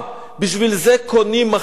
בשביל זה קונים מחברת,